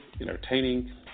entertaining